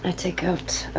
ah take out